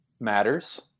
matters